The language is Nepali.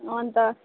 अन्त